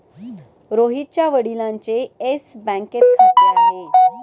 रोहितच्या वडिलांचे येस बँकेत खाते आहे